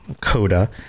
coda